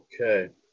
Okay